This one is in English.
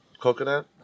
coconut